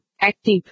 Active